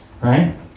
right